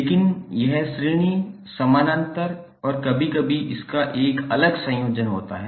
लेकिन यह श्रेणी समानांतर और कभी कभी इसका एक अलग संयोजन होता है